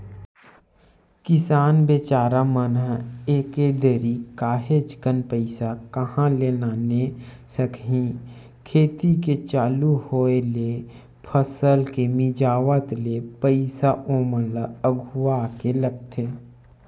किसान बिचारा मन ह एके दरी काहेच कन पइसा कहाँ ले लाने सकही खेती के चालू होय ले फसल के मिंजावत ले पइसा ओमन ल अघुवाके लगथे